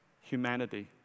humanity